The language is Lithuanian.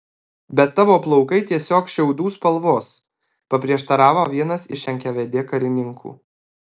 bet tavo plaukai tiesiog šiaudų spalvos paprieštaravo vienas iš nkvd karininkų